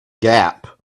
gap